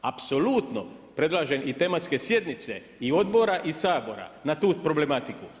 Apsolutno predlažem i tematske sjednice i odbora i Sabora, na tu problematiku.